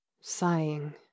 Sighing